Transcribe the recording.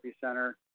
center